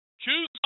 Choose